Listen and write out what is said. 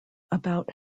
about